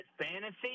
fantasy